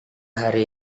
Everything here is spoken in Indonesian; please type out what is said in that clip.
hari